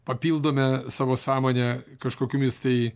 papildome savo sąmonę kažkokiomis tai